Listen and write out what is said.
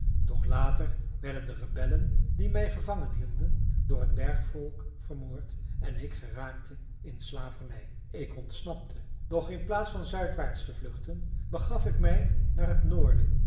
doch later werden de rebellen die mij gevangen hielden door het bergvolk vermoord en ik geraakte in slavernij ik ontsnapte doch in plaats van zuidwaarts te vluchten begaf ik mij naar t noorden